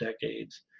decades